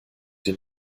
den